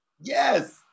Yes